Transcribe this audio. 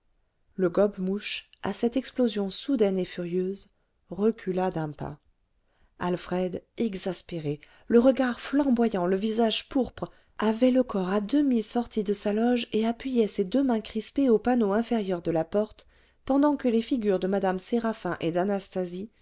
le gobe mouche à cette explosion soudaine et furieuse recula d'un pas alfred exaspéré le regard flamboyant le visage pourpre avait le corps à demi sorti de sa loge et appuyait ses deux mains crispées au panneau inférieur de la porte pendant que les figures de mme séraphin et d'anastasie